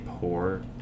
poor